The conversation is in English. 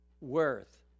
worth